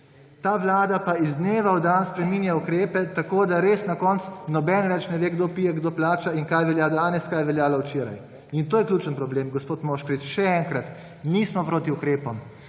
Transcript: Ta vlada pa iz dneva v dan spreminja ukrepe, tako da res na koncu nobeden več ne ve, kdo pije, kdo plača in kaj velja danes in kaj je veljalo včeraj. In to je ključni problem. Gospod Moškrič, še enkrat, nismo proti ukrepom,